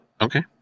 Okay